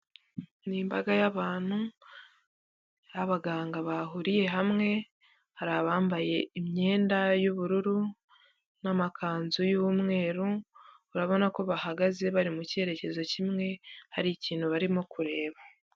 N'imbaga y'abantu abaganga bahuriye hamwe hari abambaye imyenda y'ubururu n'amakanzu y'umweru, urabona ko bahagaze bari mu cyerekezo kimwe hari ikintu barimo kureba.